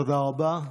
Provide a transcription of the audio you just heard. תודה רבה.